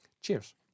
Cheers